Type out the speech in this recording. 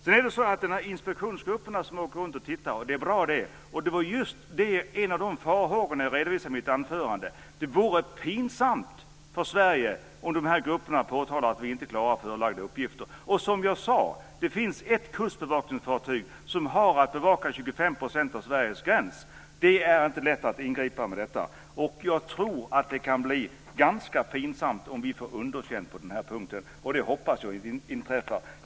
Det är bra att inspektionsgrupperna åker runt och tittar. En farhåga som jag redovisade i mitt anförande var just att det vore pinsamt för Sverige om dessa grupper påtalade att vi inte klarar förelagda uppgifter. Och som jag sade finns det ett kustbevakningsfartyg som har att bevaka 25 % av Sveriges gräns. Då är det inte lätt att göra ingripanden. Jag tror att det kan bli ganska pinsamt om vi får underkänt på den här punkten, och jag hoppas att det inte inträffar.